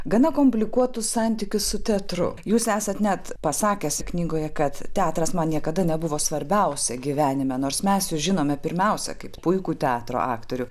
gana komplikuotus santykius su teatru jūs esat net pasakęs knygoje kad teatras man niekada nebuvo svarbiausia gyvenime nors mes jus žinome pirmiausia kaip puikų teatro aktorių